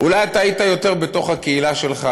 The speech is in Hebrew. אולי אתה היית יותר בתוך הקהילה שלך,